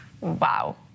Wow